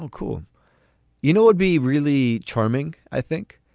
um cool you know, i'd be really charming, i think,